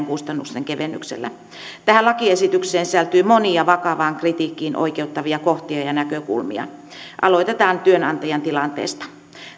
kustannusten kevennyksellä tähän lakiesitykseen sisältyy monia vakavaan kritiikkiin oikeuttavia kohtia ja ja näkökulmia aloitetaan työnantajan tilanteesta